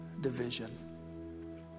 Division